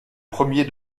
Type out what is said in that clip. premier